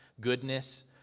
goodness